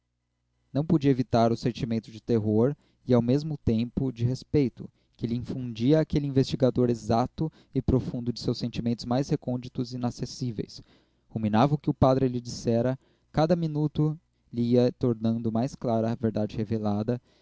não podia evitar o sentimento de terror e ao mesmo tempo de respeito que lhe infundia aquele investigador exato e profundo de seus sentimentos mais recônditos e inacessíveis ruminava o que o padre lhe dissera cada minuto lhe ia tornando mais clara a verdade revelada